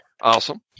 Awesome